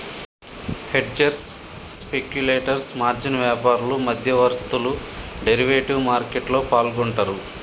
hedgers, speculators, margin వ్యాపారులు, మధ్యవర్తులు derivative మార్కెట్లో పాల్గొంటరు